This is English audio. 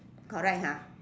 correct ha